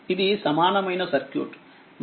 ఇది సమానమైన సర్క్యూట్ మరియు ఇదిCeq